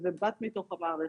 שם בשביל כולם,